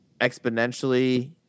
exponentially